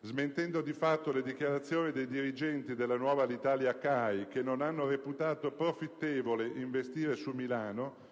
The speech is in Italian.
Smentendo di fatto le dichiarazioni dei dirigenti della nuova Alitalia-CAI, che non hanno reputato profittevole investire su Milano,